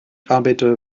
arbeite